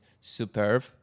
superb